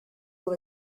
will